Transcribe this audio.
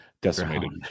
decimated